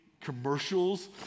commercials